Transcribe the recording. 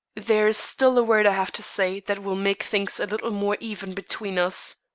there is still a word i have to say that will make things a little more even between us.